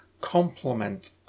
complement